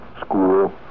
school